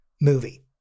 movie